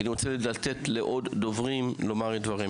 כי אני רוצה לתת לעוד דוברים לומר את הדברים.